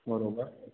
बराबरि